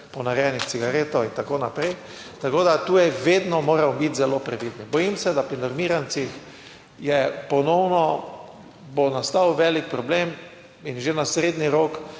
ponarejenih cigareto in tako naprej. Tako da tu je, vedno moramo biti zelo previdni. Bojim se, da pri normirancih je ponovno, bo nastal velik problem in že na srednji rok